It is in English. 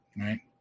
right